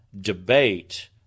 debate